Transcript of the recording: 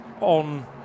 on